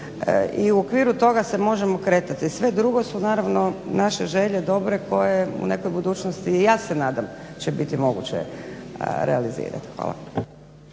I u okviru toga se možemo kretati. Sve drugo su naravno naše želje dobre koje u nekoj budućnosti i ja se nadam će biti moguće realizirati. Hvala.